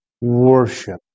worship